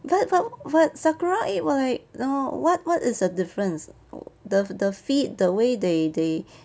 but but but sakura egg what like no what what is the difference the the feed the way they they